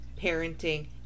parenting